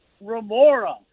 remora